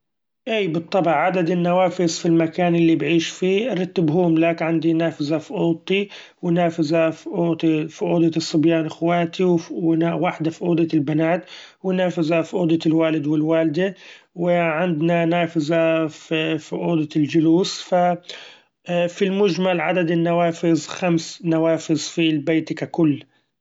إي بالطبع عدد النوافذ بالمكان اللي بعيش فيه ارتبهوملك; عندي نافذة في أوضتي و نافذة في أوض- في أوضة الصبيإن اخواتي وناف-واحدة في أوضة البنات ونافذة في أوضة الوالد والوالدة، وعندنا نافذة في أوضة الچلوس ف في المچمل عدد النوافذ خمس نوافذ في البيت ككل.